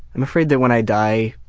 i'm afraid that when i die